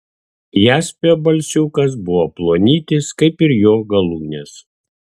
jaspio balsiukas buvo plonytis kaip ir jo galūnės